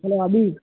hello Abhi